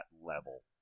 level